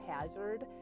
hazard